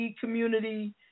community